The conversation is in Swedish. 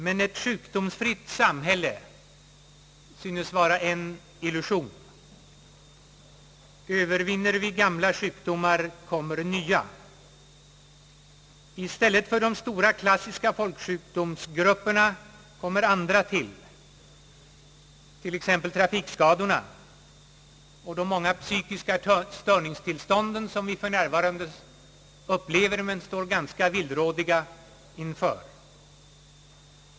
Men ett sjukdomsfritt samhälle synes vara en illusion. Övervinner vi gamla sjukdomar, kommer nya. I stället för de stora klassiska folksjukdomsgrupperna kommer andra, t.ex. trafikskadorna och de många psykiska störningstillstånden, som vi för närvarande upplever men som vi står ganska villrådiga inför.